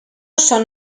són